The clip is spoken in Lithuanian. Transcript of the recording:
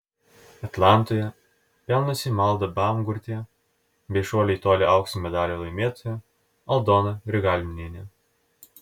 atlantoje pelniusi malda baumgartė bei šuolio į tolį aukso medalio laimėtoja aldona grigaliūnienė